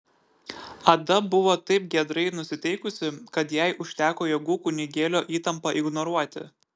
ada buvo taip giedrai nusiteikusi kad jai užteko jėgų kunigėlio įtampą ignoruoti